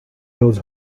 those